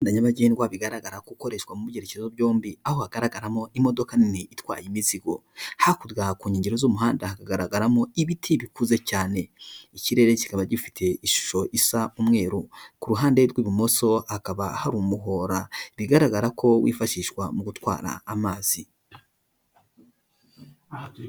Umuhanda nyabagendwa bigaragara ko ukoreshwa mu byerekezo byombi, aho hagaragaramo imodoka nini itwaye imizigo. Hakurya ku nkengero z'umuhanda hakagaragaramo ibiti bikuze cyane, ikirere kikaba gifite ishusho isa umweru. Ku ruhande rw'ibumoso hakaba hari umuhora, bigaragara ko wifashishwa mu gutwara amazi.